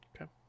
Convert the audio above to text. Okay